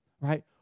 right